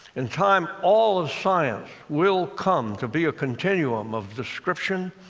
in time, all of science will come to be a continuum of description,